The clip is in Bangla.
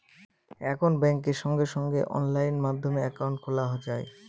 এখন ব্যাঙ্কে সঙ্গে সঙ্গে অনলাইন মাধ্যমে একাউন্ট খোলা যায়